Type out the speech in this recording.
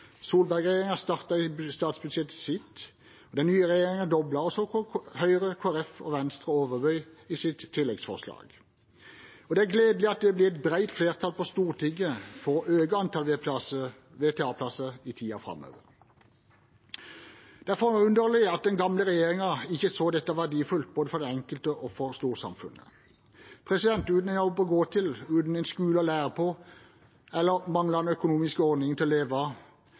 i statsbudsjettet sitt, og den nye regjeringen dobler, og så kom Høyre, Kristelig Folkeparti og Venstre og overbød i sitt tilleggsforslag. Det er gledelig at det blir et bredt flertall på Stortinget for å øke antall VTA-plasser i tiden framover. Det er forunderlig at den forrige regjeringen ikke så dette som verdifullt, både for den enkelte og for storsamfunnet. Uten en jobb å gå til, uten en skole å lære på eller manglende økonomiske ordninger til å leve av